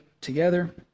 together